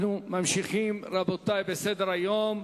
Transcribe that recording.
אנחנו ממשיכים, רבותי, בסדר-היום.